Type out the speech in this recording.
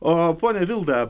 o ponia vilda